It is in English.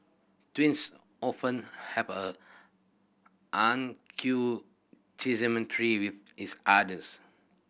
twins often have a with each others